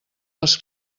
les